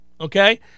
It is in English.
Okay